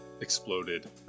exploded